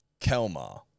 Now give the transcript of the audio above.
Kelma